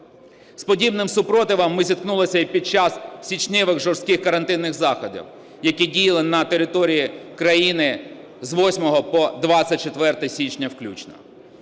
З подібним супротивом ми зіткнулися і під час січневих жорстких карантинних заходів, які діяли на території країни з 8 по 24 січня включно.